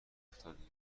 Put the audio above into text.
افتادیم